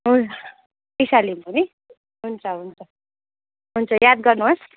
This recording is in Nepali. हुन्छ इशा लिम्बू नि हुन्छ हुन्छ हुन्छ याद गर्नु होस्